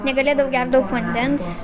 negalėdavau gert daug vandens